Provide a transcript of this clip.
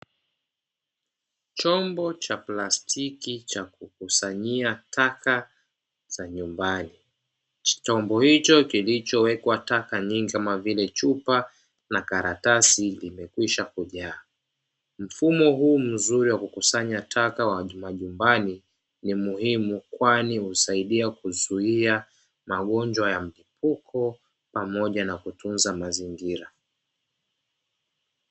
Chombo cha plastiki cha kukusanyia taka za nyumbani: chombo hicho kilichowekwa taka nyingi kama vile chupa na karatasi imekwisha kujaa, mfumo huu mzuri wa kukusanya taka wa kimajumbani ni muhimu kwani husaidia kuzuia magonjwa ya mlipuko pamoja na kutunza mazingira.